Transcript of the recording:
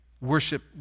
worship